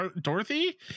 dorothy